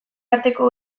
arteko